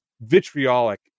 vitriolic